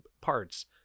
parts